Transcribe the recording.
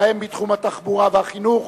ובהם בתחום התחבורה והחינוך,